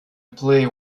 play